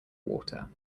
water